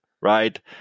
right